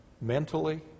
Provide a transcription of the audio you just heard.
mentally